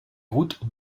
routes